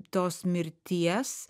tos mirties